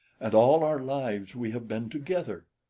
and all our lives we have been together.